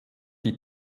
die